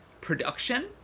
production